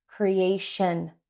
creation